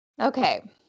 Okay